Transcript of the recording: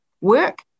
work